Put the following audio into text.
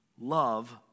Love